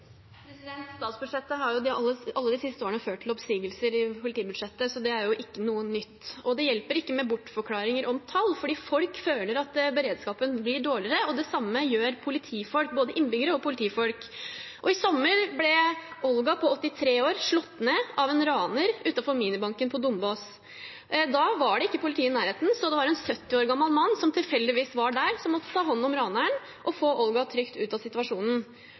alle de siste årene ført til oppsigelser som følge av politibudsjettet, så det er ikke noe nytt. Det hjelper ikke med bortforklaringer om tall, for folk føler at beredskapen blir dårligere – det gjør både innbyggere og politifolk. I sommer ble Olga på 83 år slått ned av en raner utenfor minibanken på Dombås. Da var det ikke politi i nærheten. Det var en 70 år gammel mann, som tilfeldigvis var der, som måtte ta hånd om raneren og få Olga trygt ut av situasjonen.